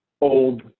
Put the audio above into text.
old